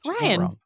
Ryan